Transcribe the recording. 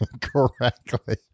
correctly